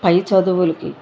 పై చదువులకి